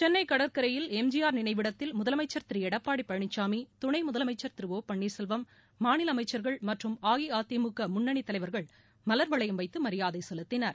சென்னை கடற்கரையில் எம்ஜிஆர் நினைவிடத்தில் முதலமைச்சர் திரு எடப்பாடி பழனிசாமி துணை முதலமைச்சர் திரு ஓ பன்னீர்செல்வம் மாநில அமைச்சர்கள் மற்றும் அஇஅதிமுக முன்னணி தலைவர்கள் மலர் வளையம் வைத்து மரியாதை செலுத்தினர்